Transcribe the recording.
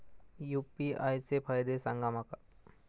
UPI चे फायदे सांगा माका?